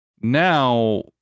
Now